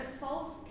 false